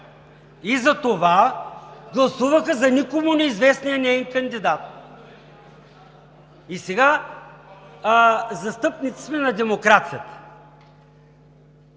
и затова гласуваха за никому неизвестния неин кандидат. И сега сме застъпници на демокрацията.